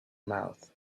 mouth